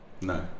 No